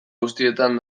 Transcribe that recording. guztietan